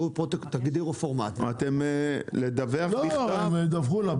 הם ידווחו לה.